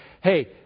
hey